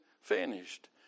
finished